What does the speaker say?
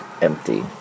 Empty